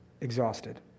exhausted